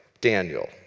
Daniel